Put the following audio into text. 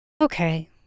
Okay